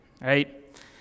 right